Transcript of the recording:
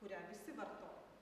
kurią visi vartoja